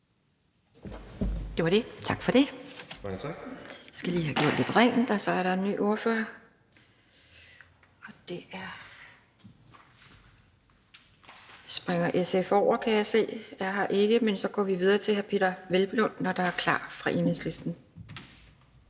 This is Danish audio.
Det var det, tak for det. Vi skal lige have gjort lidt rent, og så er der en ny ordfører parat. Vi springer SF over, kan jeg se, men så går vi videre til hr. Peder Hvelplund fra Enhedslisten.